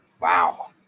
Wow